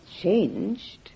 changed